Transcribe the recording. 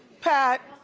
pat,